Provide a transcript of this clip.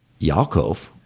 Yaakov